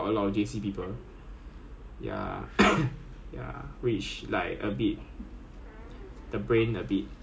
like legit some of them can think they're books smart and street smart that that kind right is like top notch [one] the level very high [one]